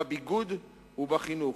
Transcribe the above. בביגוד ובחינוך.